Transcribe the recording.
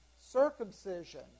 circumcision